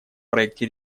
проекте